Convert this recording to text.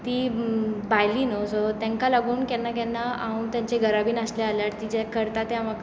ती भायली न्हू सो तांकां लागून केन्ना केन्ना हांव तांच्या घरा बी आसले जाल्यार ती जें करता तें म्हा